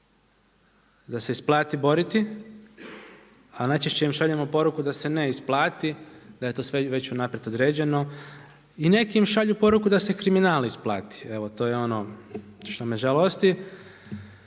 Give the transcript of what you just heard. da se isplati boriti, a najčešće im šaljemo poruku da se ne isplati, da je to sve već unaprijed određeno i neki im šalju poruku da se kriminal isplati. Evo to je ono što me žalosti.